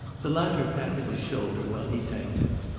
the latter patted his shoulder while he thanked him,